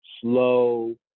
slow